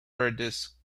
verdes